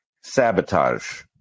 sabotage